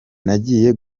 nagiye